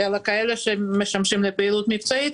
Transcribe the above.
אלא כאלה שמשמשים לפעילות מבצעית,